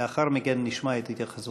חברת הכנסת קסניה סבטלובה.